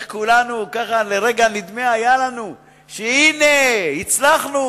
איך כולנו לרגע, נדמה היה לנו, שהנה, הצלחנו